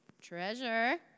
Treasure